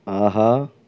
ஆஹா